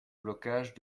blocage